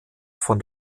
von